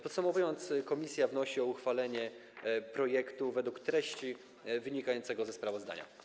Podsumowując, komisja wnosi o uchwalenie projektu według treści wynikającej ze sprawozdania.